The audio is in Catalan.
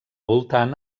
voltant